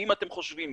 אם אתם חושבים